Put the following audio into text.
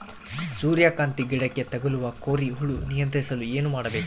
ಸೂರ್ಯಕಾಂತಿ ಗಿಡಕ್ಕೆ ತಗುಲುವ ಕೋರಿ ಹುಳು ನಿಯಂತ್ರಿಸಲು ಏನು ಮಾಡಬೇಕು?